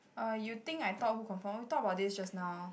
uh you think I thought who confirm we talked about this just now